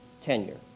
tenure